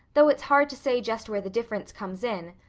though it's hard to say just where the difference comes in.